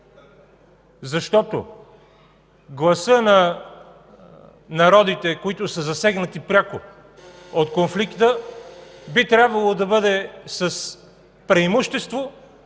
защото гласът на народите, които са засегнати пряко от конфликта, би трябвало да бъде с преимущество